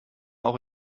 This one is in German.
auch